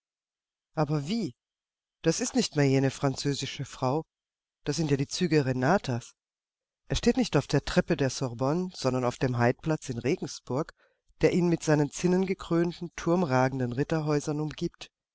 aber wie das ist nicht mehr jene französische frau das sind ja die züge renatas er steht nicht auf der treppe der sorbonne sondern auf dem haidplatz in regensburg der ihn mit seinen zinnengekrönten turmragenden ritterhäusern umgibt